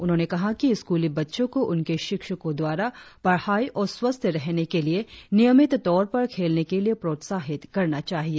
उन्होंने कहा कि स्कूली बच्चों को उनके शिक्षको द्वारा पढ़ाई और स्वस्थ रहने के लिए नियमित तौर पर खेलने के लिए प्रोत्साहित करना चाहिए